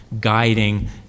guiding